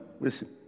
Listen